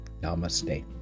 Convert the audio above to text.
Namaste